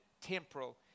temporal